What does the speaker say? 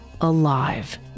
alive